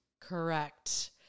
Correct